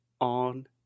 on